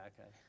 okay